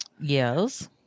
yes